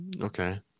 Okay